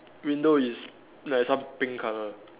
window is like some pink colour